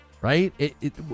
Right